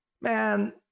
man